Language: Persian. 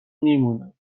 میمونم